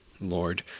Lord